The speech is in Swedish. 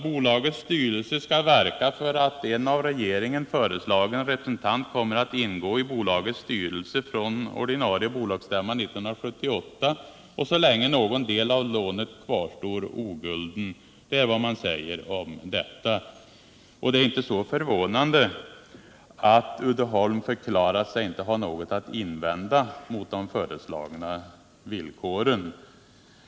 ”Bolagets styrelse skall verka för att en av regeringen föreslagen representant kommer att ingå i bolagets styrelse från ordinarie bolagsstämman 1978 och så länge någon del av lånet kvarstår ogulden” — det är vad man säger om detta. Det är då inte förvånande att Uddeholm förklarar sig inte ha något att invända mot de föreslagna villkoren!